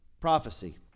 prophecy